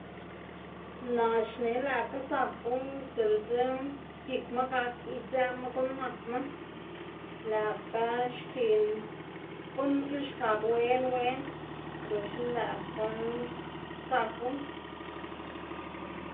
Naꞌ xne lëꞌkga zaku diꞌltse gikma gak idzëꞌma guꞌn nakma lëꞌkga xkiꞌn guꞌnnma gilxkab wen wen loxna lëꞌkga zaku.